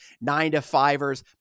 nine-to-fivers